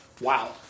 wow